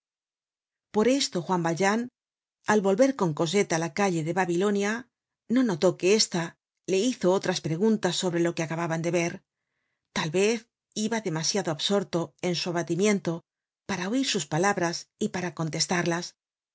por esto juan valjean al volver con cosette á la calle de babilonia no notó que ésta le hizo otras preguntas sobre lo que acababan de ver tal vez iba demasiado absorto en su abatimiento para oir sus palabras y para contestarlas